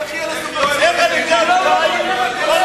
בגילה הוא לא בונה.